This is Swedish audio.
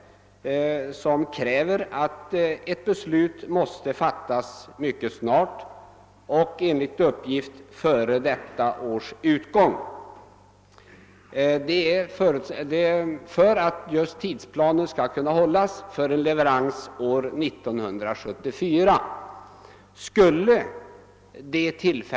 Dessa kräver att ett beslut fattas mycket snart, enligt uppgift före detta års utgång, för att tidsplanen för en levc Trans år 1974 skall kunna hållas.